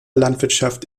landwirtschaft